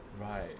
Right